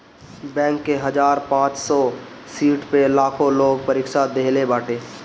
bank के हजार पांच सौ सीट पअ लाखो लोग परीक्षा देहले बाटे